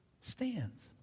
stands